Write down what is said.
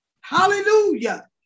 Hallelujah